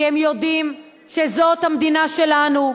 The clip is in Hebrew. כי הם יודעים שזאת המדינה שלנו,